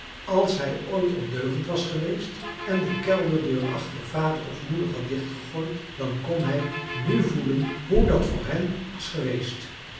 als hij ooit ondeugend was geweest en de kelderdeur achter vader of moeder had dichtgegooid dan kon hij nu voelen hoe dat voor hen was geweest